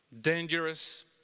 dangerous